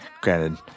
granted